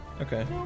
Okay